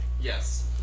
Yes